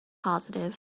positive